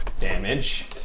damage